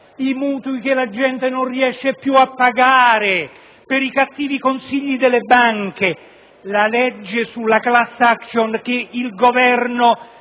i mutui che la gente non riesce più a pagare per i cattivi consigli delle banche, la legge sulla *class action* che il Governo